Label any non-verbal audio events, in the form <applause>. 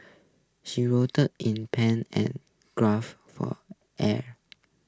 she writhed in pain and gasped for air <noise>